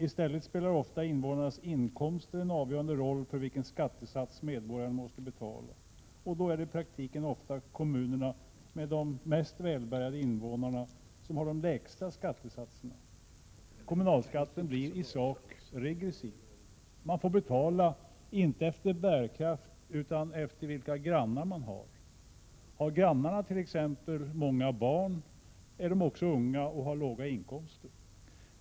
I stället ”spelar ofta invånarnas inkomster en avgörande roll för vilken skattesats medborgarna måste betala — och då är det i praktiken ofta kommunerna med de mest välbärgade invånarna som har de lägsta skattesatserna”. Kommunalskatten blir i sak regressiv. Man får betala, inte efter bärkraft, utan efter vilka grannar man har. Har grannarna t.ex. många barn är de också unga och har låga inkomster.